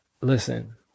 Listen